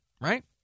right